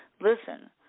listen